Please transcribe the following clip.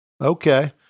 Okay